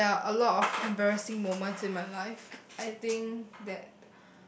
well there are a lot of embarrassing moments in my life I think that